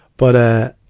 but, ah,